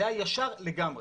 זה היה ישר לגמרי.